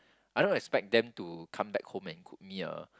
I don't expect them to come back home and cook me a